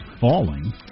falling